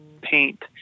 paint